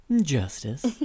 justice